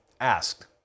asked